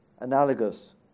analogous